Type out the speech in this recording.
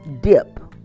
dip